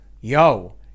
yo